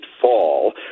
fall